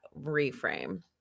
reframe